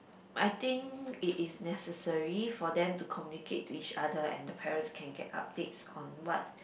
I think it is necessary for them to communicate to each other and the parents can get updates on what